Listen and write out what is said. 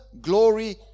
glory